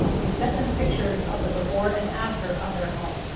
we've sent them pictures of the before and after of their home.